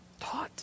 taught